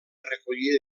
recollida